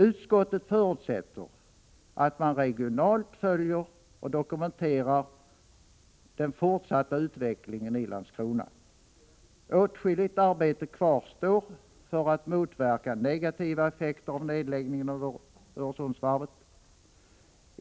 Utskottet förutsätter att man regionalt följer och dokumenterar den fortsatta utvecklingen i Landskrona. Åtskilligt arbete kvarstår för att motverka negativa effekter av nedläggningen av Öresundsvarvet.